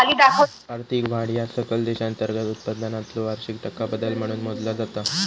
आर्थिक वाढ ह्या सकल देशांतर्गत उत्पादनातलो वार्षिक टक्का बदल म्हणून मोजला जाता